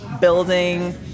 building